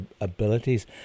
abilities